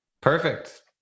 Perfect